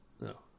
No